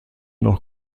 noch